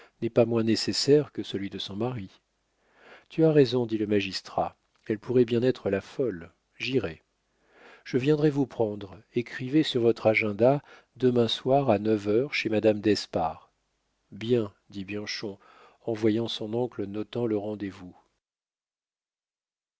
n'est pas moins nécessaire que celui de son mari tu as raison dit le magistrat elle pourrait bien être la folle j'irai je viendrai vous prendre écrivez sur votre agenda demain soir à neuf heures chez madame d'espard bien dit bianchon en voyant son oncle notant le rendez-vous